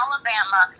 Alabama